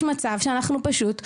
יש מצב שאנחנו פשוט,